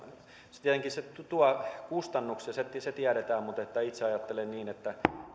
se tietenkin tuo kustannuksia se tiedetään mutta itse ajattelen niin että